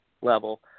level